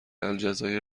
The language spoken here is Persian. الجزایر